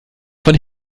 von